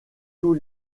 tous